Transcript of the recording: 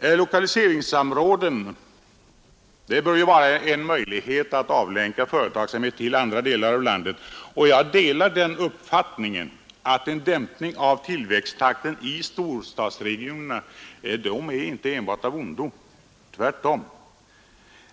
Lokaliseringssamråden bör vara en möjlighet att avlänka företagsamhet till andra delar av landet. Jag delar den uppfattningen att en dämpning av tillväxttakten i storstadsregionerna inte är enbart av ondo; tvärtom.